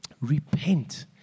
repent